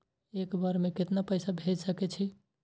एक बार में केतना पैसा भेज सके छी?